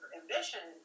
ambition